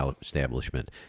establishment